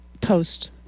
post